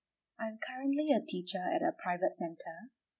I'm currently a teacher at a private centre